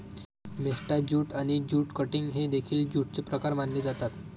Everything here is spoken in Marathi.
मेस्टा ज्यूट आणि ज्यूट कटिंग हे देखील ज्यूटचे प्रकार मानले जातात